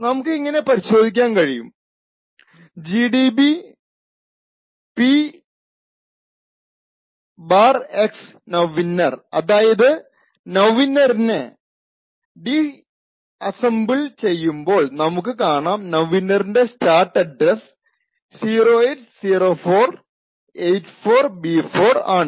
നമുക്ക് ഇങ്ങനെ പരിശോധിക്കാൻ കഴിയും gdb px nowinner അതായതു നൌഇന്നറിനെ ഡിസ്അസ്സെംബിൾ ചെയ്യുമ്പോൾ നമുക്ക് കാണാം നൌഇന്നറിന്റെ സ്റ്റാർട്ട് അഡ്രസ്സ് 080484B4 ആണ്